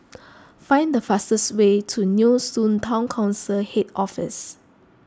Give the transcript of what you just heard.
find the fastest way to Nee Soon Town Council Head Office